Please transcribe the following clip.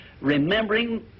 remembering